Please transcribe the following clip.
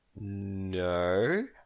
No